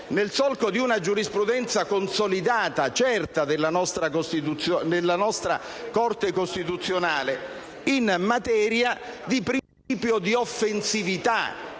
nel solco di una giurisprudenza consolidata e certa della nostra Corte costituzionale in materia di principio di offensività,